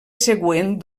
següent